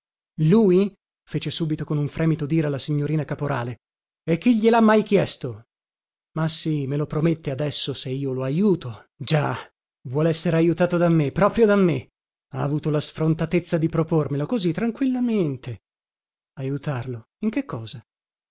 lui fece subito con un fremito dira la signorina caporale e chi glielha mai chiesto ma sì me lo promette adesso se io lo ajuto già vuol essere ajutato da me proprio da me ha avuto la sfrontatezza di propormelo così tranquillamente ajutarlo in che cosa